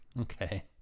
Okay